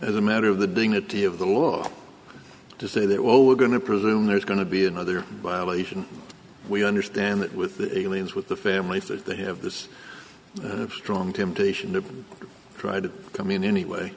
as a matter of the dignity of the law to say that well we're going to presume there's going to be another violation we understand that with the aliens with the families that they have this strong temptation to try to come in any way